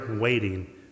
waiting